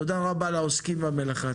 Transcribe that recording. תודה רבה לעוסקים במלאכה.